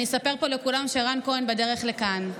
אני אספר פה לכולם שרן כהן בדרך לכאן.